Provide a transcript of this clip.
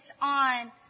on